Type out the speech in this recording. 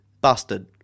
busted